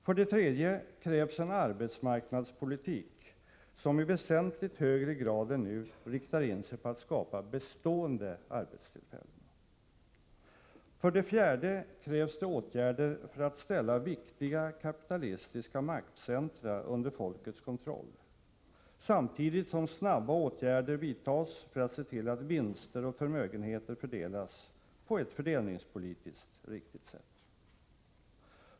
För det tredje krävs en arbetsmarknadspolitik som i väsentligt högre grad än nu riktar in sig på att skapa bestående arbetstillfällen. För det fjärde krävs det åtgärder för att ställa viktiga kapitalistiska maktcentra under folkets kontroll. Samtidigt skall snara åtgärder vidtagas för att se till att vinster och förmögenheter fördelas på ett fördelningspolitiskt riktigt sätt.